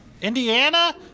Indiana